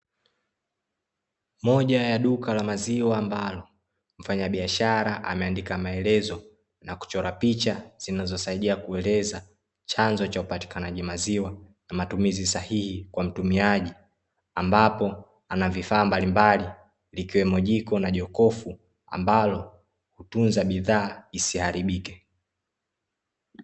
Moja ya duka la maziwa, ambalo mfanyabiashara ameandika maelezo na kuchora picha zinazosaidia kueleza chanzo cha upatikanaji maziwa na matumizi sahihi kwa mtumiaji, ambapo ana vifaa mbalimbali likiwemo jiko na jokofu ambalo hutunza bidhaa isiharibike.